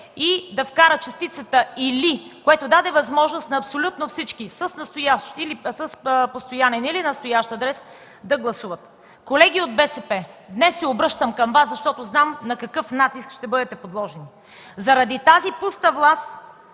и да вкара частицата „или”, което даде възможност на абсолютно всички с постоянен или настоящ адрес да гласуват. Колеги от БСП, днес се обръщам към Вас, защото знам на какъв натиск ще бъдете подложени. Заради тази пуста власт